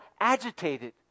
agitated